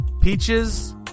peaches